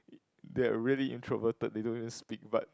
they're really introverted they don't even speak but